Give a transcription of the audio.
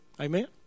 Amen